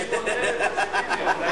האשימו אתכם,